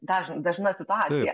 dažn dažna situacija